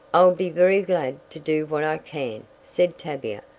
i'll be very glad to do what i can, said tavia,